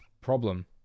problem